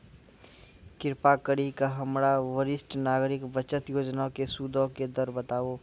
कृपा करि के हमरा वरिष्ठ नागरिक बचत योजना के सूदो के दर बताबो